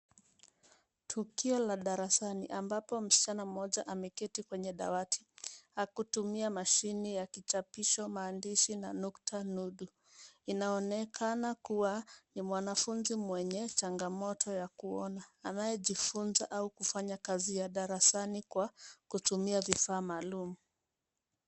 Tukio la darasani ambapo msichana mmoja ameketi kwenye dawati akitumia mashini ya kichapisho maandishi na nukta nudu. Inaonekana kuwa ni mwanafunzi mwenye changamoto ya kuona anayejifunza au kufanya kazi ya darasani kwa kutumia vifaa maalum.